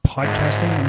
Podcasting